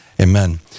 Amen